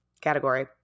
category